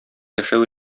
яшәү